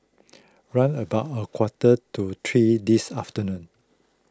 round about a quarter to three this afternoon